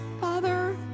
Father